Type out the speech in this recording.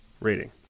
rating